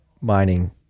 mining